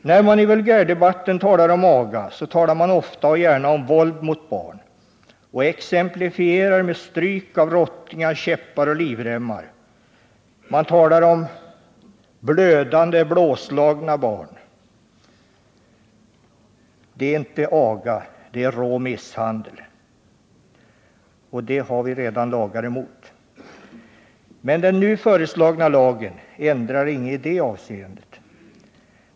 När man i vulgärdebatten talar om aga så talar man ofta och gärna om våld mot barn och exemplifierar med stryk av rottingar, käppar och livremmar. Man talar om blödande blåslagna barn. Det är inte aga — det är rå misshandel. Den har vi redan lagar emot. Den nu föreslagna lagen ändrar inget i det avseendet.